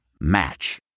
Match